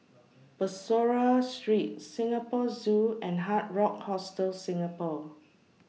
Bussorah Street Singapore Zoo and Hard Rock Hostel Singapore